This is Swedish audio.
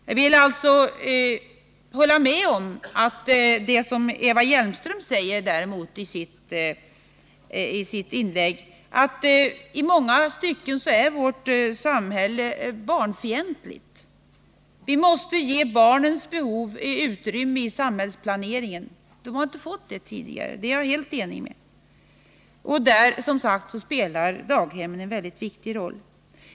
Däremot vill jag hålla med Eva Hjelmström om att vårt samhälle i många stycken är barnfientligt. Vi måste ge barnens behov utrymme i samhällsplaneringen. Det har vi inte givit dem tidigare. Det är jag helt enig med Eva Hjelmström om. Och där spelar, som sagt, daghemmen en viktig roll.